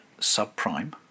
subprime